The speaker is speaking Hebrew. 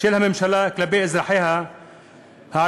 של הממשלה כלפי אזרחיה הערבים,